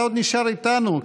אתה עוד נשאר איתנו,